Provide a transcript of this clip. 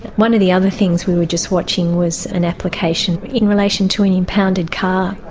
one of the other things we were just watching was an application in relation to an impounded car,